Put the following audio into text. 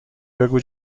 بگو